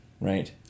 right